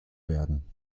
werden